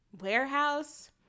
warehouse